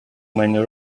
many